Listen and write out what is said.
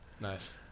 Nice